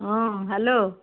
ହଁ ହ୍ୟାଲୋ